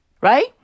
Right